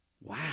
Wow